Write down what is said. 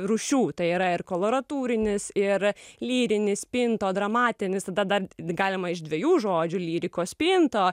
rūšių tai yra ir koloraturinis ir lyrinis spinto dramatinis tada dar galima iš dviejų žodžių lyrikos spintą